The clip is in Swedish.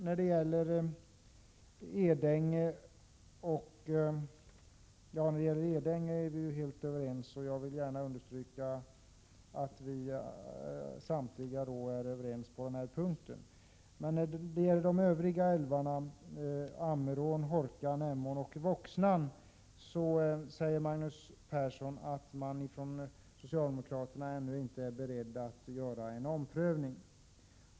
När det gäller Edänge vill jag understryka att vi är helt överens. Men när det gäller de övriga älvarna, Ammerån, Hårkan, Emån och Voxnan, säger Magnus Persson att socialdemokraterna ännu inte är beredda att göra en omprövning.